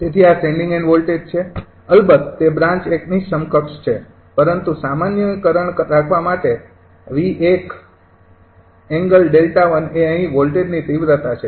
તેથી આ sending end voltage છે અલબત તે બ્રાન્ચ ૧ ની સમકક્ષ છે પરંતુ સામાન્યીકરણ રાખવા માટે |𝑉૧|∠𝛿૧ એ અહીં વોલ્ટેજ ની તીવ્રતા છે